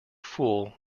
fool